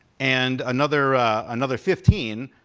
and another another fifteen,